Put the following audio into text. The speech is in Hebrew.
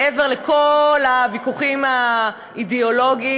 מעבר לכל הוויכוחים האידיאולוגיים,